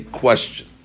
question